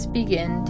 begin